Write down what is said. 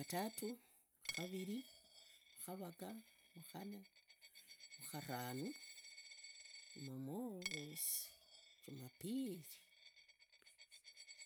Jumatatu, mkhariri, mkhavaga, mkhanne, mkharanu, jumamosi, jumapiri.